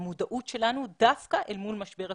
ובמודעות שלנו דווקא אל מול משבר הקורונה.